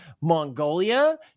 Mongolia